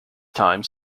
time